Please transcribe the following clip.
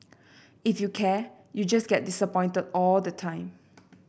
if you care you just get disappointed all the time